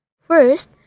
First